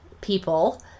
people